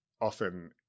Often